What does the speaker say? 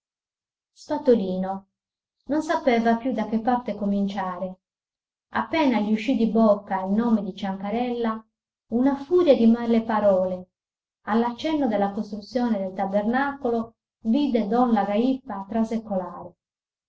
mio spatolino non sapeva più da che parte cominciare appena gli uscì di bocca il nome di ciancarella una furia di male parole all'accenno della costruzione del tabernacolo vide don lagàipa trasecolare